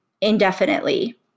indefinitely